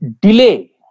delay